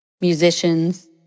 musicians